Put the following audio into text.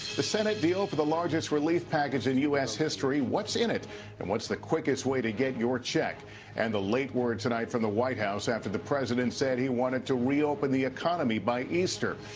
the senate deal for the largest relief package in u s. history. what's in it and what's the quickest way to get your check and the late word tonight from the white house after the president said he wanted to reopen the economy by easter.